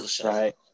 right